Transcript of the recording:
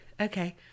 okay